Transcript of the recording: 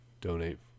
Donate